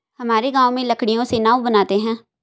हमारे गांव में लकड़ियों से नाव बनते हैं